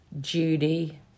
Judy